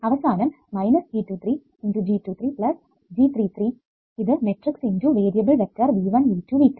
അവസാനം G23 G23 G33 ഇത് matrix × variable vector V1 V2 V3